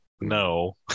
no